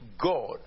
God